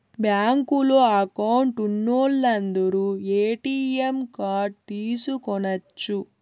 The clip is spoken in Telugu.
బ్యాంకులో అకౌంట్ ఉన్నోలందరు ఏ.టీ.యం కార్డ్ తీసుకొనచ్చు